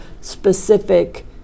specific